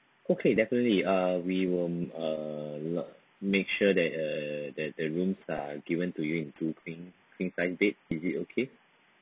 okay definitely uh we will uh make sure that uh that the rooms are given to you in two two queen size bed is it okay